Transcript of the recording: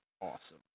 awesome